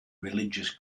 religious